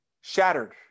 shattered